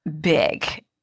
big